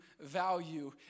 value